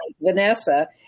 Vanessa